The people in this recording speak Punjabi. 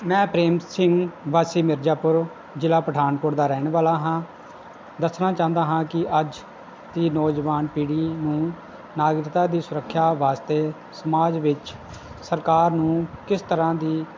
ਮੈਂ ਪ੍ਰੇਮ ਸਿੰਘ ਵਾਸੀ ਮਿਰਜਾਪੁਰ ਜ਼ਿਲ੍ਹਾ ਪਠਾਨਕੋਟ ਦਾ ਰਹਿਣ ਵਾਲਾ ਹਾਂ ਦੱਸਣਾ ਚਾਹੁੰਦਾ ਹਾਂ ਕਿ ਅੱਜ ਦੀ ਨੌਜਵਾਨ ਪੀੜ੍ਹੀ ਨੂੰ ਨਾਗਰਿਕਤਾ ਦੀ ਸੁਰੱਖਿਆ ਵਾਸਤੇ ਸਮਾਜ ਵਿੱਚ ਸਰਕਾਰ ਨੂੰ ਕਿਸ ਤਰ੍ਹਾਂ ਦੀ